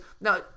Now